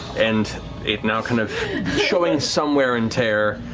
and it now kind of showing some wear and tear,